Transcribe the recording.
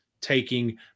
taking